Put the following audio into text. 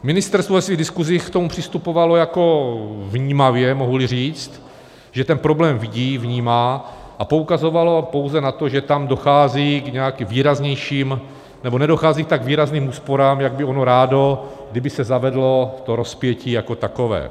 Ministerstvo ve svých diskusích k tomu přistupovalo vnímavě, mohuli říct, že ten problém vidí, vnímá, a poukazovalo pouze na to, že tam dochází k nějakým výraznějším nebo nedochází k tak výrazným úsporám, jak by ono rádo, kdyby se zavedlo to rozpětí jako takové.